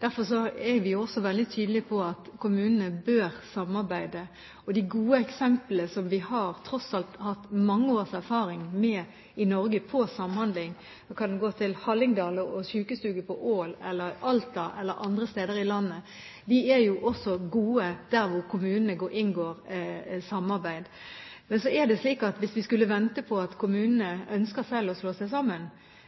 Derfor er vi veldig tydelige på at kommunene bør samarbeide. Og vi har gode eksempler, for vi har tross alt hatt mange års erfaring med samhandling i Norge. Vi kan gå til Hallingdal Sjukestugu på Ål, eller Alta eller andre steder i landet. De er også gode der hvor kommunene inngår samarbeid. Men hvis vi skal vente på at kommunene selv ønsker å slå seg sammen,